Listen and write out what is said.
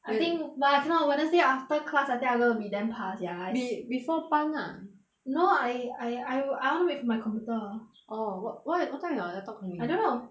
I think !wah! cannot wednesday after class I think I'm gonna be damn 怕 sia be~ before 班 lah no I I I I want wait for my computer orh wha~ what what time your laptop coming I don't know